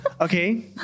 okay